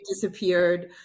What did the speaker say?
disappeared